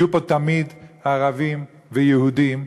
יהיו פה תמיד ערבים ויהודים,